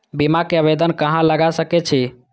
बीमा के आवेदन कहाँ लगा सके छी?